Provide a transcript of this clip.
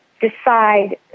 decide